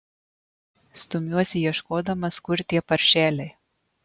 stumiuosi ieškodamas kur tie paršeliai